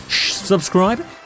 Subscribe